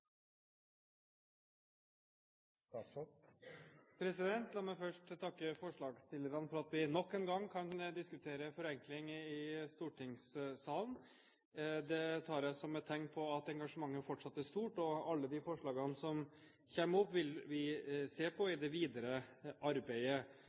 bedre. La meg først takke forslagsstillerne for at vi nok en gang kan diskutere forenkling i stortingssalen. Det tar jeg som et tegn på at engasjementet fortsatt er stort. Alle forslagene som kommer opp, vil vi se på